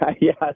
Yes